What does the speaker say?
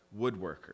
woodworkers